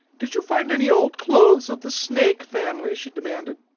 did you find any old clothes of the snake family? she demanded.